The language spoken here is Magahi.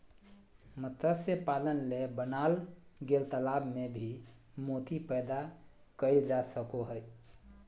मत्स्य पालन ले बनाल गेल तालाब में भी मोती पैदा कइल जा सको हइ